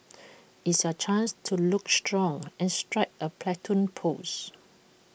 it's your chance to look strong and strike A Platoon pose